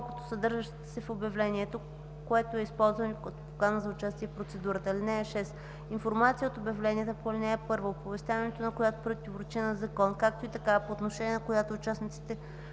колкото съдържащата се в обявлението, което е използвано като покана за участие в процедура. (6) Информация от обявленията по ал. 1, оповестяването на която противоречи на закон, както и такава, по отношение на която участниците